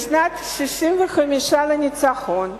בשנה ה-65 לניצחון,